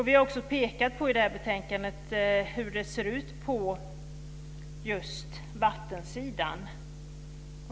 Vi har också pekat i det här betänkandet på hur det ser ut på just vattensidan.